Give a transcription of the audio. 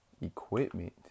equipment